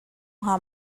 hnga